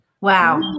Wow